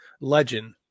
legend